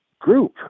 group